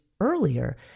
earlier